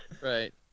Right